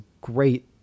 great